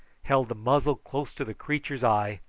held the muzzle close to the creature's eye,